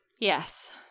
yes